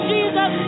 Jesus